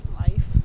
life